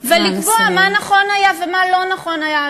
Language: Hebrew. ולקבוע מה נכון היה ומה לא נכון היה.